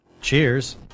Cheers